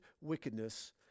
wickedness